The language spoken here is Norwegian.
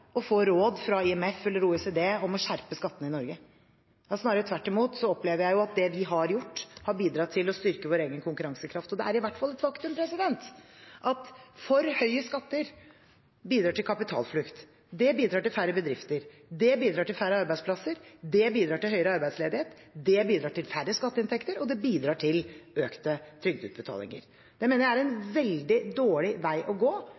å få råd fra IMF eller OECD om å skjerpe skattene i Norge. Snarere tvert imot opplever jeg at det vi har gjort, har bidratt til å styrke vår egen konkurransekraft. Det er i hvert fall et faktum at for høye skatter bidrar til kapitalflukt. Det bidrar til færre bedrifter. Det bidrar til færre arbeidsplasser. Det bidrar til høyere arbeidsledighet. Det bidrar til færre skatteinntekter, og det bidrar til økte trygdeutbetalinger. Det mener jeg er en veldig dårlig vei å gå